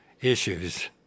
issues